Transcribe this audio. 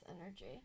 energy